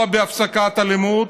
לא הפסקת האלימות,